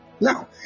now